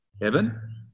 heaven